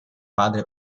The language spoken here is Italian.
padre